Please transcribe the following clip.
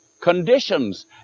conditions